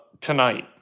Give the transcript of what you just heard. tonight